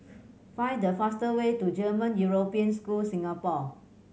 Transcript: find the fastest way to German European School Singapore